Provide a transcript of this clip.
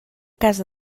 casa